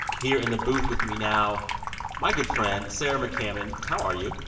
here in the booth with me now my good friend, sarah mccammon. how are you?